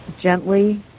gently